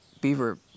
beaver